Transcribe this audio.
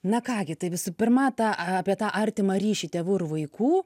na ką gi tai visų pirma tą apie tą artimą ryšį tėvų ir vaikų